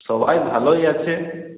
সবাই ভালোই আছে